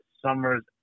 summers